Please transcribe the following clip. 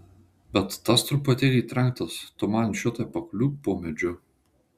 bet tas truputėlį trenktas tu man šitaip pakliūk po medžiu